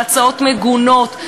להצעות מגונות,